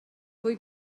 fwy